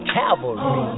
cavalry